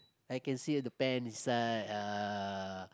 I can see the pants inside ah